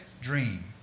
dream